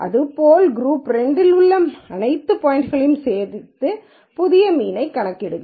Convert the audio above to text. அதேபோல் குரூப் 2 இல் உள்ள அனைத்து பாய்ன்ட்களையும் சேகரித்து புதிய மீன்யைக் கணக்கிடுங்கள்